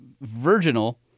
virginal